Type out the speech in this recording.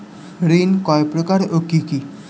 ঋণ কয় প্রকার ও কি কি?